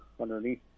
underneath